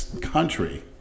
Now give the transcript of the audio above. country